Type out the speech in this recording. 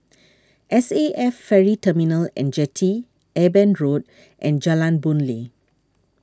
S A F Ferry Terminal and Jetty Eben Road and Jalan Boon Lay